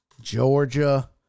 Georgia